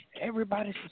Everybody's